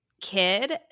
kid